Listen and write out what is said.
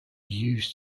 used